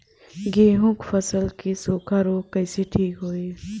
गेहूँक फसल क सूखा ऱोग कईसे ठीक होई?